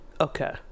Okay